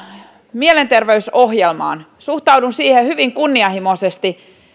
mielenter veysohjelmaan suhtaudun siihen hyvin kunnianhimoisesti